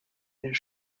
his